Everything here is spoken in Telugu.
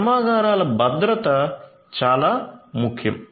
కర్మాగారాల భద్రత చాలా ముఖ్యం